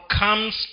comes